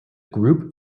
group